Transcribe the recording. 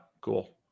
cool